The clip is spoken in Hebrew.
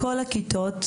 כל הכיתות